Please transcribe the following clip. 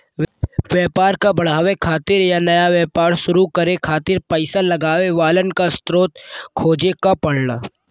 व्यापार क बढ़ावे खातिर या नया व्यापार शुरू करे खातिर पइसा लगावे वालन क स्रोत खोजे क पड़ला